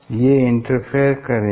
ये इंटरफेयर करेंगी